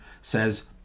says